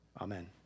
Amen